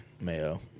Mayo